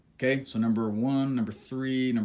okay, so number one, number three, and and